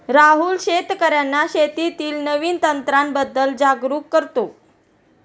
राहुल शेतकर्यांना शेतीतील नवीन तंत्रांबद्दल जागरूक करतो